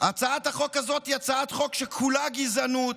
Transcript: היא הצעת חוק שכולה גזענות.